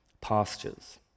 pastures